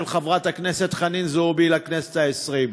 חברת הכנסת חנין זועבי לכנסת העשרים,